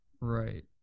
Right